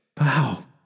Wow